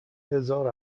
هزار